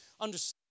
understand